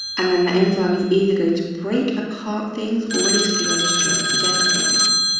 and then the enzyme is either going to break apart things or it is going to join together things.